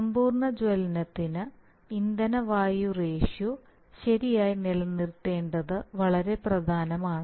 സമ്പൂർണ്ണ ജ്വലനത്തിന് ഇന്ധന വായു റേഷ്യോ ശരിയായി നിലനിർത്തേണ്ടത് വളരെ പ്രധാനമാണ്